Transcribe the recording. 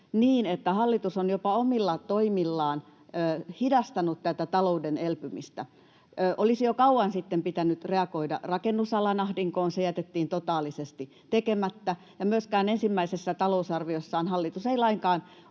niin, että hallitus on jopa omilla toimillaan hidastanut tätä talouden elpymistä. Olisi jo kauan sitten pitänyt reagoida rakennusalan ahdinkoon, se jätettiin totaalisesti tekemättä, ja myöskään ensimmäisessä talousarviossaan hallitus ei lainkaan